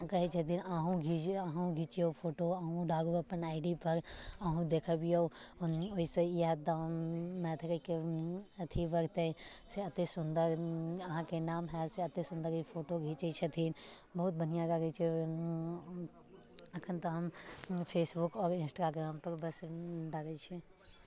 कहै छथिन अहूँ घिच अहूँ घिचियौ फोटो अहूँ डालू अपन आई डी पर अहूँ देखबियौ अपन ओहिसँ ई हएत द मैथिलीके अथी बढ़तै से एतेक सुन्दर अहाँके नाम हएत से एतेक सुन्दर ई फोटो घिचै छथिन बहुत बढ़िआँ लागै छै ओहि एखन तऽ हम फेसबुक आओर इन्सटाग्रामपर बस डालै छियै